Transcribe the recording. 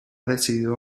decidido